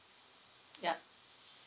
yup